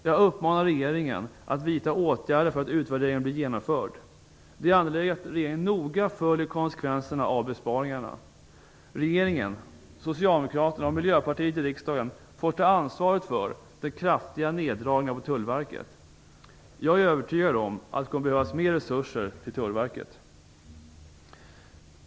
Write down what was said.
Jag uppmanar regeringen att vidta åtgärder så att utvärderingen blir genomförd. Det är angeläget att regeringen noga uppmärksammar konsekvenserna av besparingarna. Regeringen, Socialdemokraterna och Miljöpartiet i riksdagen får ta ansvaret för de kraftiga neddragningarna inom Tullverket. Jag är övertygad om att det kommer att behövas mer resurser till Tullverket.